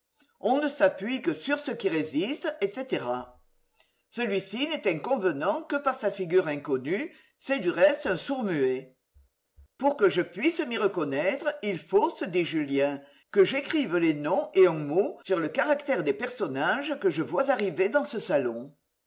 on ne s'appuie que sur ce qui résiste etc celui-ci n'est inconvenant que par sa figure inconnue c'est du reste un sourd muet pour que je puisse m'y reconnaître il faut se dit julien que j'écrive les noms et un mot sur le caractère des personnages que je vois arriver dans ce salon